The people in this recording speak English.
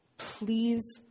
please